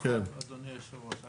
ברשותך אדוני יושב הראש.